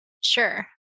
Sure